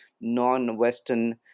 non-Western